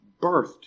birthed